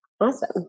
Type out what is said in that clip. Awesome